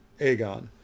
Aegon